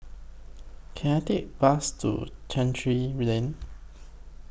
Can I Take Bus to Chancery Lane